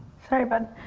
sorry bud.